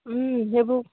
সেইবোৰ